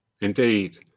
Indeed